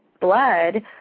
blood